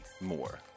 more